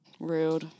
rude